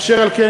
אשר על כן,